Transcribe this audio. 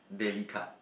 daily cut